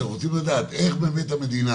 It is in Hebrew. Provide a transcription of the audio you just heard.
אנחנו רוצים לדעת איך באמת המדינה